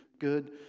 good